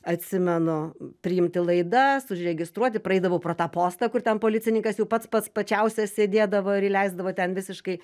atsimenu priimti laidas užregistruoti praeidavau pro tą postą kur ten policininkas jau pats pats pačiausias sėdėdavo ir įleisdavo ten visiškai